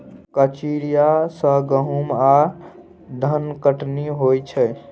कचिया सँ गहुम आ धनकटनी होइ छै